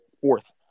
fourth